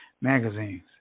magazines